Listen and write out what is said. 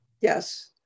yes